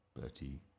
Bertie